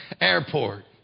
airport